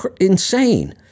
insane